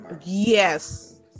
Yes